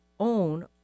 own